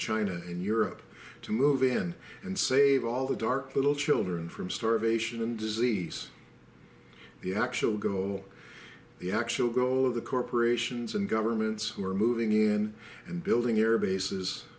china and europe to move in and save all the dark little children from starvation and disease the actual goal the actual goal of the corporations and governments who are moving in and building their bases